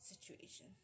situation